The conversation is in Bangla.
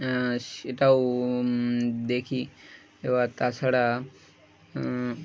সেটাও দেখি এবার তাছাড়া